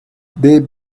they